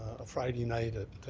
a friday night at